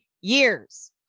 years